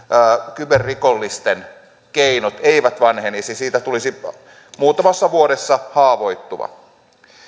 kyberrikollisten keinot eivät vanhenisi siitä tulisi muutamassa vuodessa haavoittuva